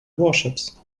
warships